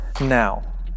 Now